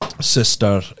sister